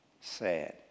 sad